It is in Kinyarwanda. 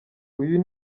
uyu